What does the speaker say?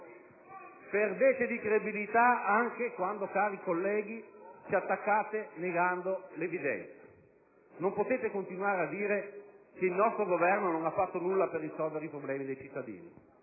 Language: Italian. Perdete credibilità anche quando, cari colleghi, ci attaccate negando l'evidenza. Non potete continuare a dire che il nostro Governo non ha fatto nulla per risolvere i problemi dei cittadini.